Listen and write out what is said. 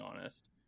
honest